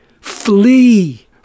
flee